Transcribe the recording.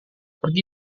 pergi